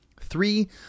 three